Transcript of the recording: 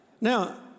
Now